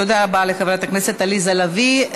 תודה רבה לחברת הכנסת עליזה לביא.